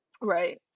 Right